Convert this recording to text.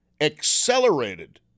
accelerated